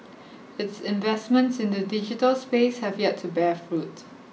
its investments in the digital space have yet to bear fruit